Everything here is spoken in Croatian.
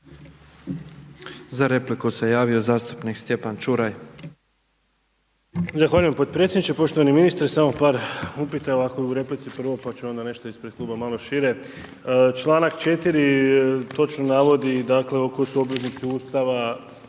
Za repliku se javio zastupnik Stjepan Čuraj.